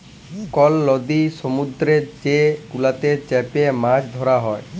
call লদি সমুদ্দুরেতে যে গুলাতে চ্যাপে মাছ ধ্যরা হ্যয়